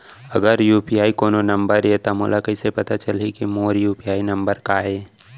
अगर यू.पी.आई कोनो नंबर ये त मोला कइसे पता चलही कि मोर यू.पी.आई नंबर का ये?